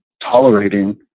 tolerating